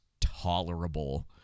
tolerable